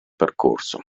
percorso